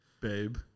Babe